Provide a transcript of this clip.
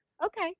okay